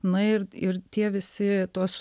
na ir ir tie visi tos